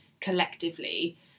collectively